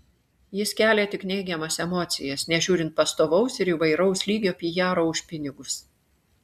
jis kelia tik neigiamas emocijas nežiūrint pastovaus ir įvairaus lygio pijaro už pinigus